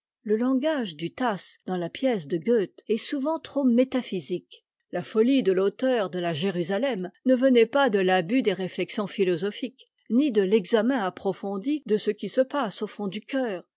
le langage du tasse dans la pièce de goethe est souvent trop métaphysique la folie de fauteur de la e'm e h ne venait pas de l'abus des rénexions philosophiques ni de l'examen approfondi de ce qui se passe au fond du cœur